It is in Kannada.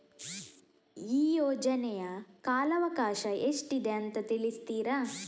ಈ ಯೋಜನೆಯ ಕಾಲವಕಾಶ ಎಷ್ಟಿದೆ ಅಂತ ತಿಳಿಸ್ತೀರಾ?